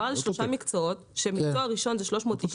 מדובר על שלושה מקצועות כאשר מקצוע ראשון הוא 390